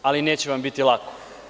Ali, neće vam biti lako.